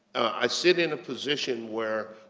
i sit in a position where, ah,